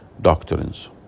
doctrines